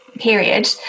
period